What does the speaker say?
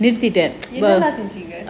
என்னெல்லாம் செஞ்சீங்க:enallaam senjeenga